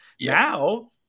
Now